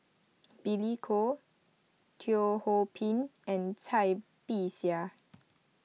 Billy Koh Teo Ho Pin and Cai Bixia